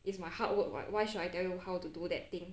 it's my hard work [what] why should I tell you how to do that thing